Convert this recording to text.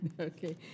okay